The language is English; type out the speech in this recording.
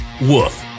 Woof